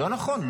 לא נכון.